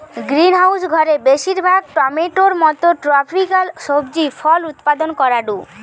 greenhouse ঘরে বেশিরভাগ টমেটোর মতো ট্রপিকাল সবজি ফল উৎপাদন করাঢু